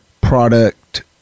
product